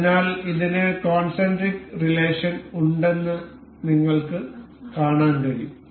അതിനാൽ ഇതിന് concentric relation ഉണ്ടെന്നു നിങ്ങൾക്ക് കാണാൻ കഴിയും